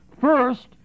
First